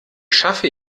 schaffe